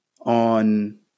on